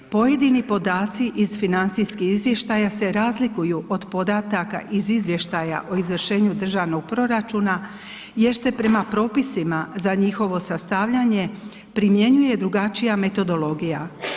Pojedini podaci iz financijskih izvještaja se razliku od podataka iz izvještaja o izvršenju Državnog proračuna jer se prema propisima za njihovo sastavljanje primjenjuje drugačija metodologija.